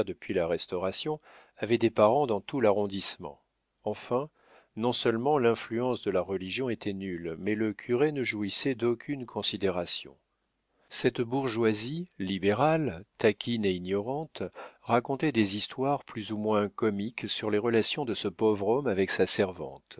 depuis la restauration avait des parents dans tout l'arrondissement enfin non-seulement l'influence de la religion était nulle mais le curé ne jouissait d'aucune considération cette bourgeoisie libérale taquine et ignorante racontait des histoires plus ou moins comiques sur les relations de ce pauvre homme avec sa servante